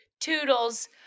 Toodles